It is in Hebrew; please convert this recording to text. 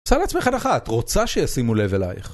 עושה לעצמך הנחה, את רוצה שישימו לב אלייך